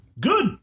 good